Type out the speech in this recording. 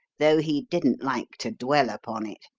though he didn't like to dwell upon it.